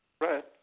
Right